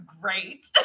great